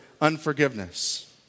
unforgiveness